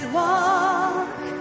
walk